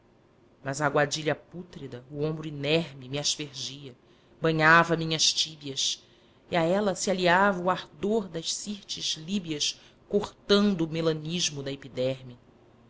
mas a aguadilha pútrida o ombro inerme me aspergia banhava minhas tíbias e a ela se aliava o ardor das sirtes líbias cortanto o melanismo da epiderme